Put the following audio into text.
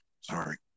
Sorry